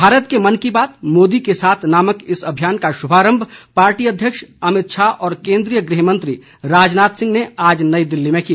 भारत के मन की बात मोदी के साथ नामक इस अभियान का शुभारम्भ पार्टी अध्यक्ष अमित शाह और केन्द्रीय गृहमंत्री राजनाथ सिंह ने आज नई दिल्ली में किया